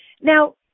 Now